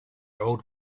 old